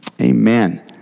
Amen